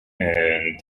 and